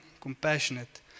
compassionate